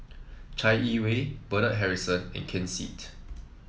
Chai Yee Wei Bernard Harrison and Ken Seet